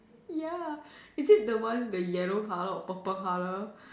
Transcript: ya is it the one the yellow color or purple color